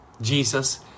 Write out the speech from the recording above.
Jesus